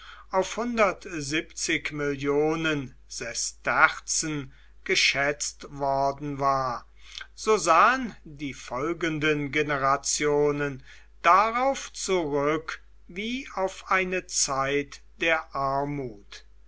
auf millionen sesterzen geschätzt worden war so sahen die folgenden generationen darauf zurück wie auf eine zeit der armut